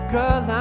Girl